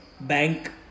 bank